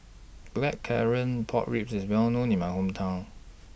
Blackcurrant Pork Ribs IS Well known in My Hometown